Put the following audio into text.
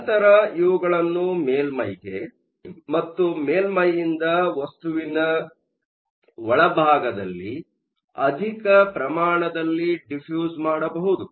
ನಂತರ ಇವುಗಳನ್ನು ಮೇಲ್ಮೈಗೆ ಮತ್ತು ಮೇಲ್ಮೈಯಿಂದ ವಸ್ತುವಿನ ಒಳಭಾಗದಲ್ಲಿ ಅಧಿಕ ಪ್ರಮಾಣದಲ್ಲಿ ಡಿಫ್ಯೂ಼ಸ್Diffuse ಮಾಡಬಹುದು